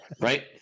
right